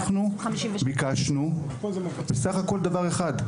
אנחנו ביקשנו בסך הכל דבר אחד,